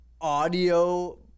audio